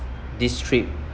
this trip